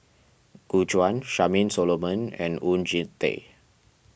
Gu Juan Charmaine Solomon and Oon Jin Teik